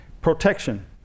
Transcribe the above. Protection